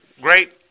great